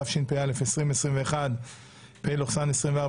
התשפ"א-2021 (פ/1994/24),